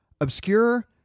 obscure